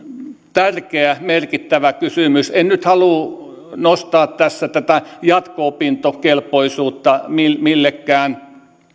tärkeä ja merkittävä kysymys en nyt halua nostaa tässä tätä jatko opintokelpoisuutta millekään